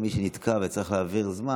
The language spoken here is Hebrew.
למי שנתקע וצריך להעביר זמן,